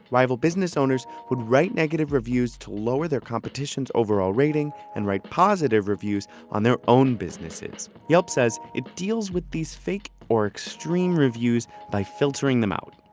rival business owners would write negative reviews to lower their competitions overall rating and write positive reviews on their own businesses. yelp says it deals with these fake or extreme reviews by filtering them out.